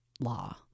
law